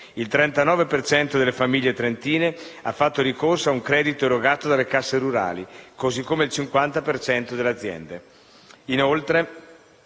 cento delle famiglie trentine ha fatto ricorso ad un credito erogato dalle casse rurali, così come il 50 per cento delle aziende.